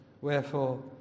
Wherefore